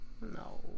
no